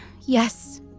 yes